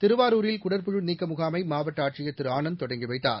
திருவாரூரில் குடற்புழு நீக்க முகாமை மாவட்ட ஆட்சியர் திரு ஆனந்த் தொடங்கி வைத்தார்